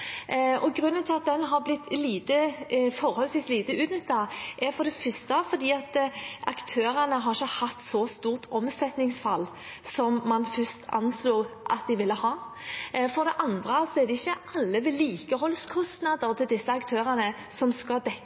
til. Grunnen til at den har blitt forholdsvis lite utnyttet, er for det første at aktørene ikke har hatt så stort omsetningsfall som man først anslo at de ville ha. For det andre er det ikke alle vedlikeholdskostnadene til disse aktørene som skal